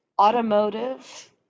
automotive